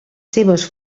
seves